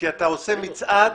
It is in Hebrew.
כי אתה עושה מצעד,